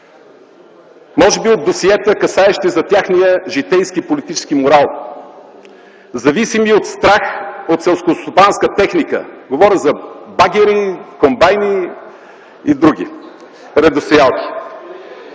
Може би от досиета, касаещи техния житейски политически морал, зависими от страх от селскостопанска техника - говоря за багери, комбайни и други редосеялки.